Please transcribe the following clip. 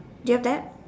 do you have that